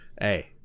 Hey